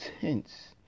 tense